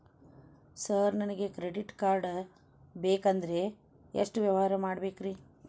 Sir ನನಗೆ credit card ಬೇಕಂದ್ರೆ ಎಷ್ಟು ವ್ಯವಹಾರ ಮಾಡಬೇಕ್ರಿ?